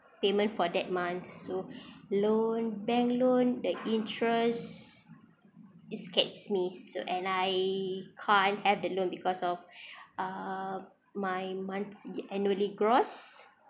payment for that month so loan bank loan the interest it scares me so and I can't have the loan because of uh my monthly annually gross